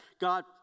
God